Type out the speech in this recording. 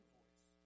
voice